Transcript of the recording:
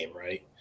right